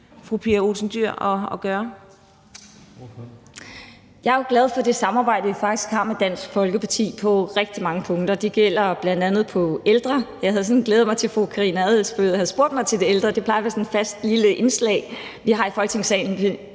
Jeg er glad for det samarbejde, vi faktisk har med Dansk Folkeparti på rigtig mange punkter. Det gælder bl.a. i forhold til ældre – jeg havde sådan glædet mig til, at fru Karina Adsbøl spurgte mig til de ældre; det plejer at være sådan et fast lille indslag, vi har i Folketingssalen,